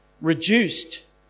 reduced